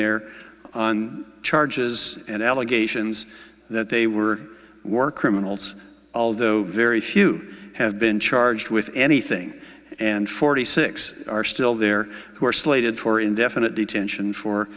there on charges and allegations that they were were criminals although very few have been charged with anything and forty six are still there who are slated for indefinite detention for